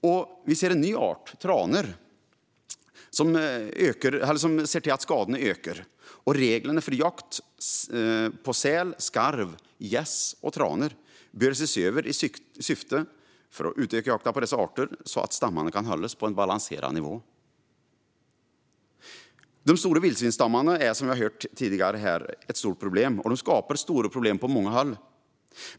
Vi ser också en ny art, tranor, som ser till att skadorna ökar. Reglerna för jakt på säl, skarv, gäss och tranor bör ses över i syfte att utöka jakten på dessa arter så att stammarna kan hållas på en balanserad nivå. De stora vildsvinsstammarna skapar, som vi har hört tidigare, stora problem på många håll.